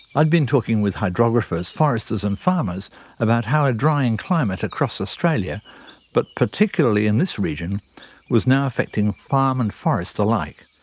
i'd been talking with hydrographers, foresters and farmers about how a drying climate across australia but particularly in this region was now affecting farm and forest alike.